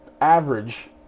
average